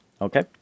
Okay